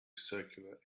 circular